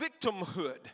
victimhood